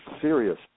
serious